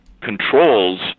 controls